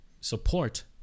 support